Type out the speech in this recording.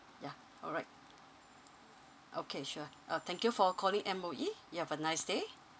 yeah alright okay sure uh thank you for calling M_O_E have a nice day